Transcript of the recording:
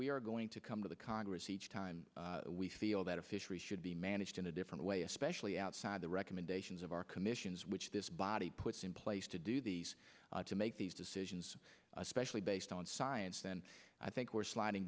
we are going to come to the congress each time we feel that a fishery should be managed in a different way especially outside the recommendations of our commissions which this body puts in place to do these to make these decisions especially based on science then i think we're sliding